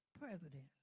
president